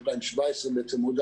אגב,